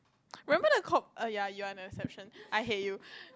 remember the coke oh ya you are an exception I hate you